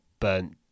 burnt